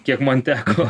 kiek man teko